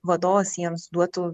vadovas jiems duotų